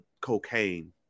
cocaine